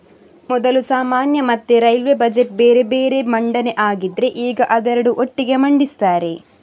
ಮೊದಲು ಸಾಮಾನ್ಯ ಮತ್ತೆ ರೈಲ್ವೇ ಬಜೆಟ್ ಬೇರೆ ಬೇರೆ ಮಂಡನೆ ಆಗ್ತಿದ್ರೆ ಈಗ ಅದೆರಡು ಒಟ್ಟಿಗೆ ಮಂಡಿಸ್ತಾರೆ